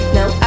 Now